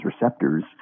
receptors